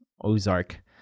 Ozark